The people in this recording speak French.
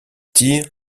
tir